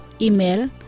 Email